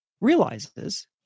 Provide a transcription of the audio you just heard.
realizes